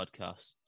Podcasts